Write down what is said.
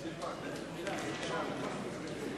אני קובע שההסתייגות לפרק כולו לא נתקבלה.